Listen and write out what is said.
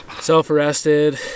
Self-arrested